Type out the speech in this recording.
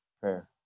prayer